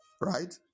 Right